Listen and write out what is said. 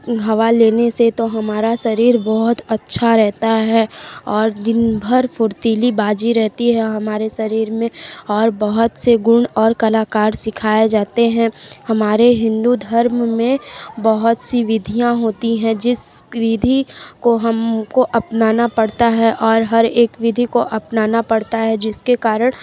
हवा लेने से तो हमारा शरीर बहुत अच्छा रहता है और दिन भर फुर्तीली बाजी रहती है हमारे शरीर में और बहुत से गुण और कलाकार सिखाए जाते हैं हमारे हिंदू धर्म में बहुत सी विधियाँ होती हैं जिस विधि को हमको अपनाना पड़ता है और हर एक विधि को अपनाना पड़ता है जिसके कारण